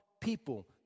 people